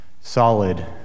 solid